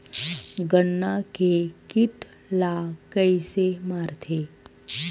गन्ना के कीट ला कइसे मारथे?